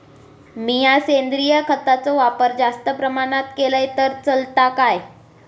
मीया सेंद्रिय खताचो वापर जास्त प्रमाणात केलय तर चलात काय?